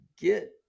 get